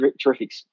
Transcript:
terrific